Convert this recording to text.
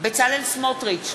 בצלאל סמוטריץ,